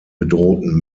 bedrohten